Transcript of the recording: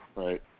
Right